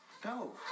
Go